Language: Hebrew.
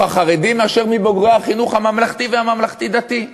החרדי מאשר מבוגרי החינוך הממלכתי והממלכתי-דתי.